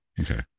Okay